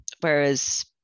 whereas